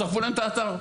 שרפו להם את האתר.